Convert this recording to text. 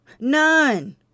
none